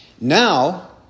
now